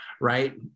right